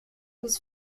bis